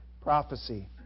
prophecy